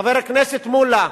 חבר הכנסת מולה,